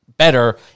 better